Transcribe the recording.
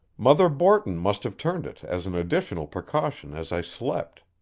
mother borton must have turned it as an additional precaution as i slept.